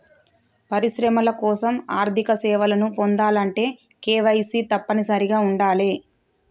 పరిశ్రమల కోసం ఆర్థిక సేవలను పొందాలంటే కేవైసీ తప్పనిసరిగా ఉండాలే